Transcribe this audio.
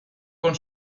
con